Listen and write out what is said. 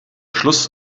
schluss